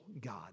God